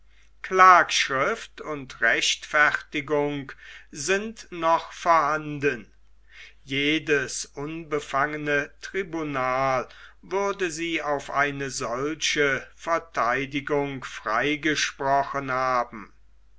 klagschrift und rechtfertigung sind noch vorhanden jedes unbefangene tribunal würde sie auf eine solche verteidigung freigesprochen haben